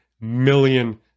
million